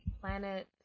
Planet